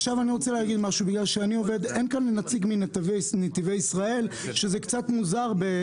אין כאן נציג מנתיבי ישראל, וזה קצת מוזר.